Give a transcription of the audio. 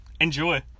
Enjoy